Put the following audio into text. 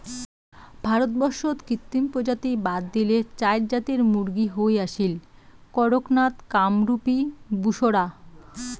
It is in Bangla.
ভারতবর্ষত কৃত্রিম প্রজাতি বাদ দিলে চাইর জাতের মুরগী হই আসীল, কড়ক নাথ, কামরূপী, বুসরা